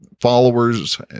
followers